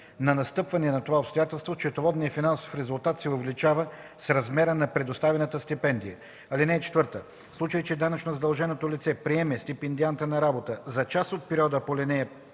на настъпване на това обстоятелство счетоводният финансов резултат се увеличава с размера на предоставената стипендия. (4) В случай че данъчно задълженото лице приеме стипендианта на работа за част от периода по ал.